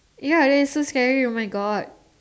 ya it is so scary oh my God